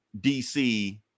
DC